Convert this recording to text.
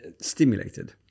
stimulated